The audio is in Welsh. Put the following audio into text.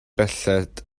belled